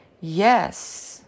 Yes